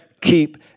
keep